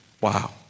wow